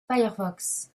firefox